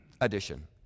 Edition